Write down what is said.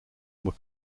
were